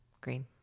Green